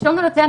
חשוב לנו לציין,